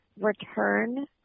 return